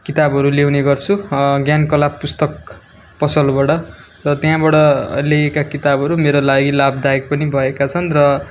किताबहरू ल्याउने गर्छु ज्ञानकला पुस्तक पसलबाट र त्यहाँबाट ल्याएको किताबहरू मेरो लागि लाभदायक पनि भएका छन् र